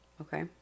Okay